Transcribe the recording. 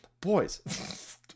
Boys